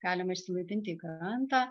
galima išsilaipinti į krantą